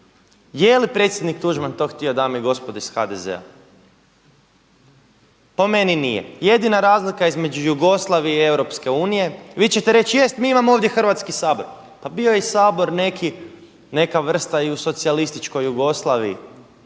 Je li predsjednik Tuđman to htio dame i gospodo iz HDZ-a? Po meni nije. Jedina razlika između Jugoslavije i Europske unije, vi ćete reći – jest mi imamo ovdje Hrvatski sabor – pa bio je i Sabor neki, neka vrsta i u socijalističkoj Jugoslaviji.